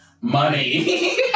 Money